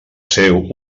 seu